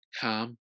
calm